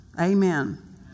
Amen